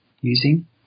using